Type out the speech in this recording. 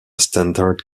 standard